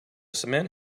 cement